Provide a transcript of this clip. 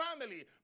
family